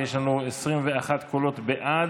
ויש לנו 21 קולות בעד.